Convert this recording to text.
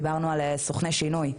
דיברנו על סוכני שינוי.